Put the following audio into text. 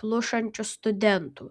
plušančių studentų